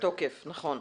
תוקף, נכון.